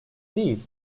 değil